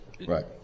Right